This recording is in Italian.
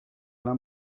alla